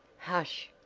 hush!